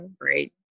great